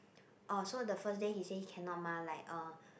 orh so the first day he said cannot mah like uh